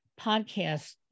podcast